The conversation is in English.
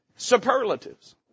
Superlatives